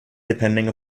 depending